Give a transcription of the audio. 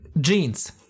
jeans